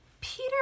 Peter